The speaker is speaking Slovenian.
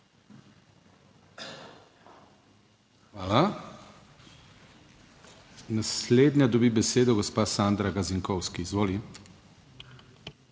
Hvala. Naslednja dobi besedo gospa Sandra Gazinkovski, izvoli.